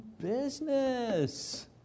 business